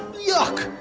yuck.